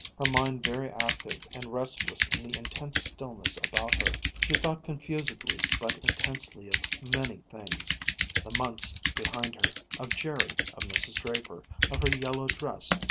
her mind very active and restless in the intense stillness about her. she thought confusedly but intensely of many things the months behind her, of jerry, of mrs. draper, of her yellow dress,